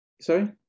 Sorry